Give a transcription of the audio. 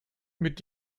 mit